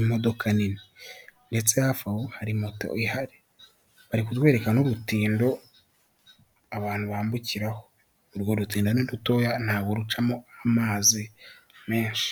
ibintu ukoresheje telefone igezweho kumbuga nkoranyambaga zitandukanye utavuye aho uri harimo nk'imyenda ndetse n'imitako bitandukanye.